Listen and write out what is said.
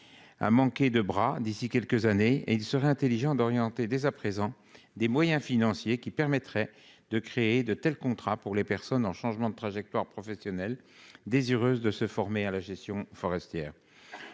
À manquer de bras. D'ici quelques années et il serait intelligent d'orienter dès à présent des moyens financiers qui permettrait de créer de tels contrats pour les personnes en changement de trajectoire professionnelle désireuses de se former à la gestion forestière.